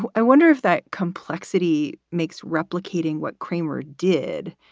but i wonder if that complexity makes replicating what cramer did,